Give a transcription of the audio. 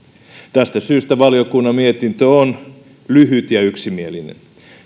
tästä syystä valiokunnan mietintö on lyhyt ja yksimielinen